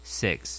six